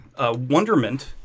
wonderment